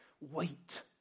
Wait